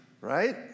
right